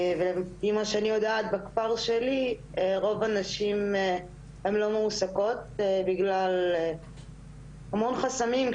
ולפי מה שאני יודעת בכפר שלי רוב הנשים הן לא מועסקות בגלל המון חסמים.